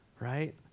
Right